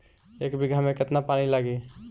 एक बिगहा में केतना पानी लागी?